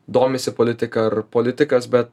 domisi politika ar politikas bet